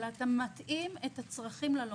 אלא מתאים את הצרכים ללומדים,